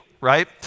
right